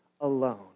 alone